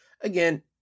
again